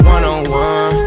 One-on-one